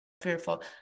fearful